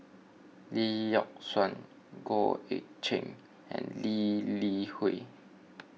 Lee Yock Suan Goh Eck Kheng and Lee Li Hui